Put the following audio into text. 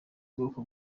ubwoko